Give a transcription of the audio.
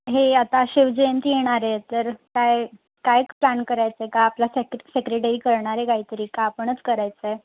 हे आता शिवजयंती येणार आहे तर काय काय प्लान करायचा आहे का आपला सेक्रे सेक्रेटरी करणार आहे काहीतरी का आपणच करायचं आहे